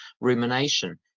Rumination